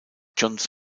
johns